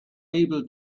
able